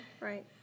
Right